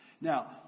Now